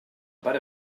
per